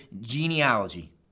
genealogy